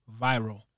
viral